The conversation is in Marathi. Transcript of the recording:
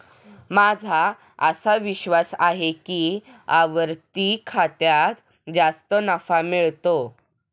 माझा असा विश्वास आहे की आवर्ती खात्यात जास्त नफा मिळतो